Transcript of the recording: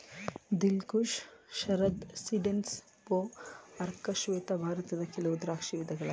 ದಿಲ್ Khush, Sharad seedless, ಭೋ, ಅರ್ಕ ಶ್ವೇತ ಭಾರತದ ಕೆಲವು ದ್ರಾಕ್ಷಿ ವಿಧಗಳಾಗಿ